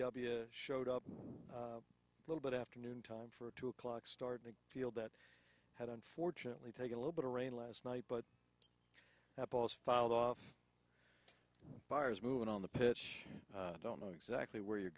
showed up a little bit after noon time for a two o'clock start a field that had unfortunately take a little bit of rain last night but the balls filed off bars moving on the pitch don't know exactly where you're